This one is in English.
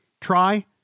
try